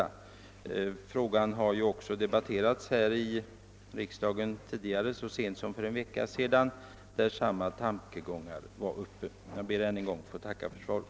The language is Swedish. Den frågan diskuterades för övrigt här i riksdagen så sent som för en vecka sedan, och då redovisades samma tankegångar. Herr talman! Jag ber att än en gång få tacka för svaret.